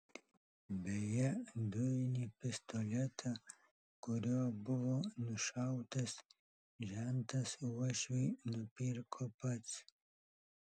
beje dujinį pistoletą kuriuo buvo nušautas žentas uošviui nupirko pats